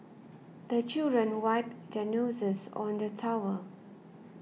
the children wipe their noses on the towel